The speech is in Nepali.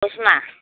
उसमा